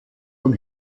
und